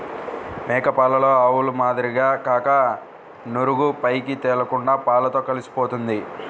మేక పాలలో ఆవుపాల మాదిరిగా కాక నురుగు పైకి తేలకుండా పాలతో కలిసిపోతుంది